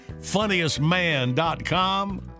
funniestman.com